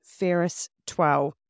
FERRIS12